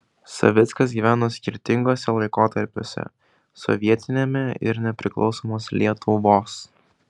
savickas gyveno skirtinguose laikotarpiuose sovietiniame ir nepriklausomos lietuvos